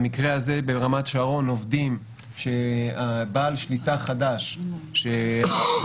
במקרה הזה עובדים שבעל שליטה חדשה שהגדרתו